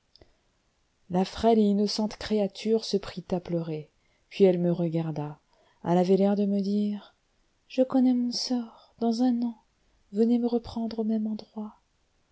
la frêle et innocente créature se prit à pleurer puis elle me regarda elle avait l'air de me dire je connais mon sort dans un an venez me reprendre au même endroit